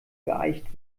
geeicht